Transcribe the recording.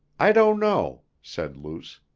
i don't know, said luce,